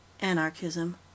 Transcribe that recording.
Anarchism